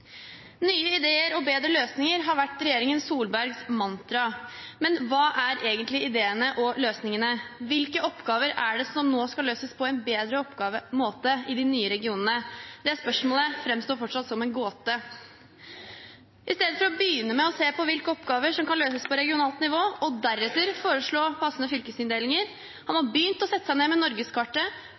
nye regionene? Det spørsmålet framstår fortsatt som en gåte. Istedenfor å begynne med å se på hvilke oppgaver som kan løses på regionalt nivå, og deretter foreslå passende fylkesinndelinger, har man begynt med å sette seg ned med